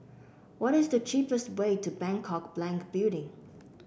what is the cheapest way to Bangkok Bank Building